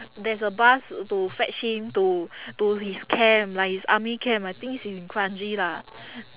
there's a bus to fetch him to to his camp like his army camp I think it's in kranji lah